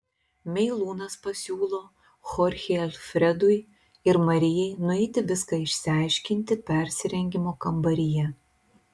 meilūnas pasiūlo chorchei alfredui ir marijai nueiti viską išsiaiškinti persirengimo kambaryje